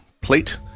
plate